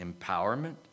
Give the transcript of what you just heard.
empowerment